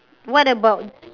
what about